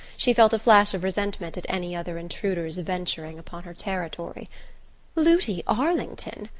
she felt a flash of resentment at any other intruder's venturing upon her territory looty arlington?